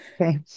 Okay